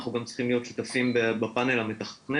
אנחנו גם צריכים להיות שותפים בפאנל המתכנן,